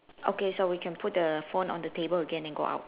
okay so we can put the phone on the table again then go out